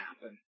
happen